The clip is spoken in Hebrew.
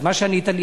אז מה שענית לי,